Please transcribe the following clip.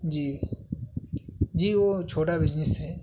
جی جی وہ چھوٹا بجنس ہے